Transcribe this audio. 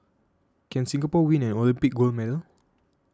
can Singapore win an Olympic gold medal